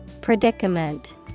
Predicament